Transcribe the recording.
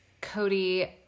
Cody